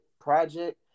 project